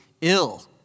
ill